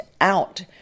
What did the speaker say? out